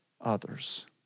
others